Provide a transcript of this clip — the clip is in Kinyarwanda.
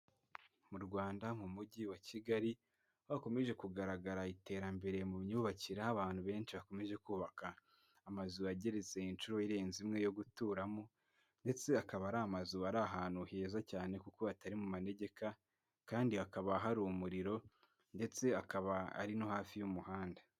Mu rwanda mu Mujyi wa Kigali, niho hakomeje kugaragara iterambere mu myubakire aho abantu benshi bakomeje kubaka amazu ageretse inshuro irenze imwe yo guturamo, ndetse akaba ari amazu ari ahantu heza cyane kuko hatari mu manegeka, kandi hakaba hari umuriro ndetse akaba ari no hafi y'umuhanda.